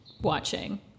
watching